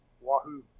Wahoo